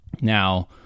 now